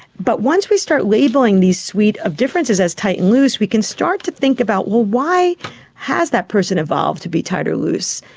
but once we start labelling this suite of differences as tight and loose, we can start to think about, well, why has that person evolved to be tight or loose?